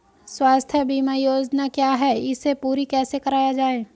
स्वास्थ्य बीमा योजना क्या है इसे पूरी कैसे कराया जाए?